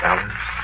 Alice